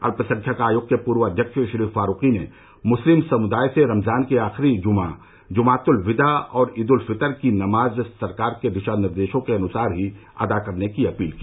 अत्पसंख्यक आयोग के पूर्व अध्यक्ष श्री फारूकी ने मुस्लिम समुदाय से रमजान के आखिरी जुमा जुमातुल विदा और ईद उल फितर की नमाज सरकार के दिशा निर्देशों के अनुसार ही अदा करने की अपील की